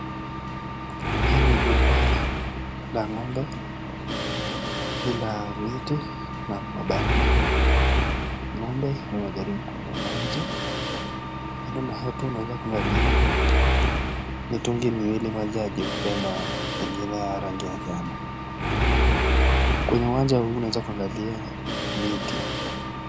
Hili ni jumba la ng'ombe ni la miti na mabati. Ng'ombe wanajaribu kukunywa maji. Kando na hapo kuna mitungi miwiwili moja ya rangi ya nyeupe na ingine ya rangi ya njano.